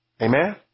Amen